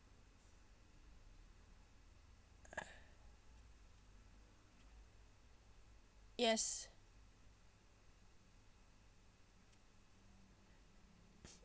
yes